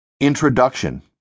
Introduction